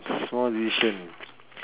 small decision